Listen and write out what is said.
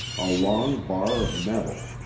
a long bar of metal,